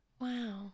Wow